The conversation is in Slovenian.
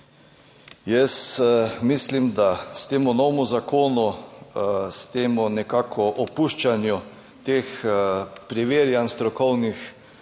jaz mislim, da s tem novem zakonu, s tem nekako opuščanju teh preverjanj strokovnih,